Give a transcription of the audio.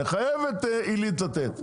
נחייב את עלית לתת,